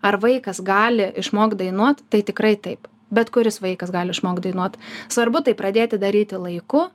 ar vaikas gali išmokt dainuot tai tikrai taip bet kuris vaikas gali išmokt dainuot svarbu tai pradėti daryti laiku